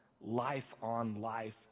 life-on-life